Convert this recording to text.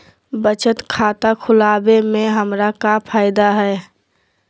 बचत खाता खुला वे में हमरा का फायदा हुई?